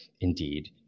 indeed